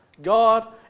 God